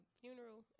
funeral